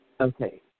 Okay